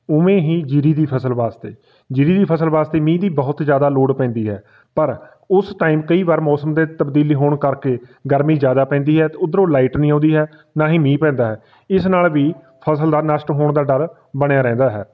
ਉਵੇਂ ਹੀ ਜੀਰੀ ਦੀ ਫਸਲ ਵਾਸਤੇ ਜੀਰੀ ਦੀ ਫਸਲ ਵਾਸਤੇ ਮੀਂਹ ਦੀ ਬਹੁਤ ਜ਼ਿਆਦਾ ਲੋੜ ਪੈਂਦੀ ਹੈ ਪਰ ਉਸ ਟਾਈਮ ਕਈ ਵਾਰ ਮੌਸਮ ਦੇ ਤਬਦੀਲੀ ਹੋਣ ਕਰਕੇ ਗਰਮੀ ਜ਼ਿਆਦਾ ਪੈਂਦੀ ਹੈ ਉੱਧਰੋਂ ਲਾਈਟ ਨਹੀਂ ਆਉਂਦੀ ਹੈ ਨਾ ਹੀ ਮੀਂਹ ਪੈਂਦਾ ਹੈ ਇਸ ਨਾਲ ਵੀ ਫਸਲ ਦਾ ਨਸ਼ਟ ਹੋਣ ਦਾ ਡਰ ਬਣਿਆ ਰਹਿੰਦਾ ਹੈ